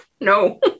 No